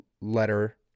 letter